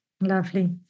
Lovely